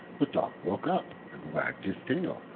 the dog woke up and wagged his tail,